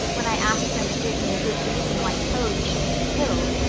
when i asked them to give me a good reason why toads shouldn't be killed,